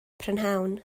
prynhawn